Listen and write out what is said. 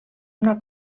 una